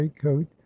coat